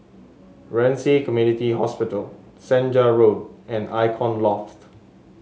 Ren Ci Community Hospital Senja Road and Icon Loft